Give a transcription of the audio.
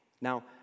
Now